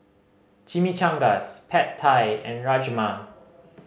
Chimichangas Pad Thai and Rajma